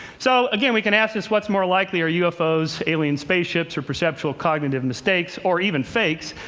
so again, we can ask this what's more likely? are ufos alien spaceships, or perceptual cognitive mistakes, or even fakes?